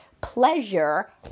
pleasure